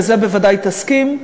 ולזה בוודאי תסכים,